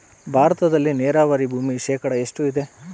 ಭಾರತದಲ್ಲಿ ನೇರಾವರಿ ಭೂಮಿ ಶೇಕಡ ಎಷ್ಟು ಇದೆ?